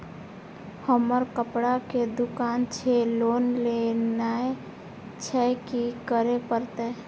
हमर कपड़ा के दुकान छे लोन लेनाय छै की करे परतै?